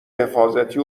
حفاظتی